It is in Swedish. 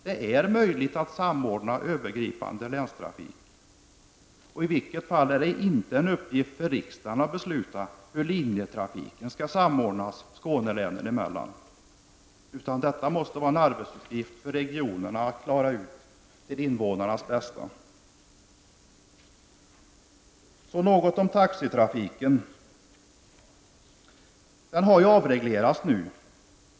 Det är möjligt att samordna övergripande länstrafik. I vilket fall som helst är det inte en uppgift för riksdagen att besluta hur linjetrafiken skall samordnas i Skånelänen, utan det måste vara en arbetsuppgift för regionerna att klara till invånarnas bästa. Så något om taxitrafiken. Taxitrafiken avreglerades ju.